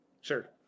Sure